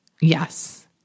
Yes